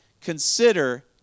consider